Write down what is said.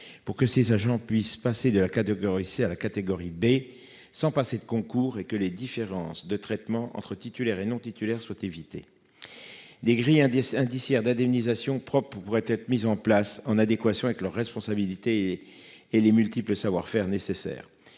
pour que ces agents puissent passer de la catégorie C à la catégorie B sans passer de concours et que les différences de traitement entre titulaires et non titulaires, soit éviter. Des grilles un indiciaire d'indemnisation propre pourraient être mises en place en adéquation avec leurs responsabilités et les multiples savoir-faire nécessaires